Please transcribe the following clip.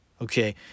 okay